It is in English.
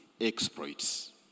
exploits